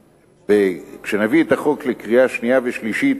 כשנכין את החוק לקריאה שנייה ושלישית,